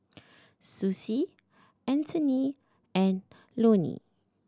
Sussie Antony and Lonie